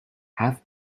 have